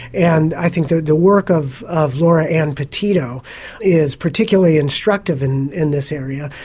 and i think the the work of of laura-ann petitto is particularly instructive in in this area,